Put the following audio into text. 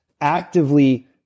actively